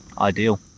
Ideal